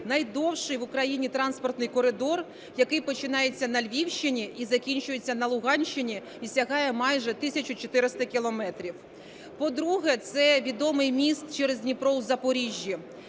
найдовший в Україні транспортний коридор, який починається на Львівщині і закінчується на Луганщині, і сягає майже тисячу 400 кілометрів. По-друге, це відомий міст через Дніпро у Запоріжжі.